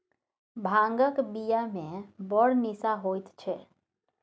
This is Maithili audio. भांगक बियामे बड़ निशा होएत छै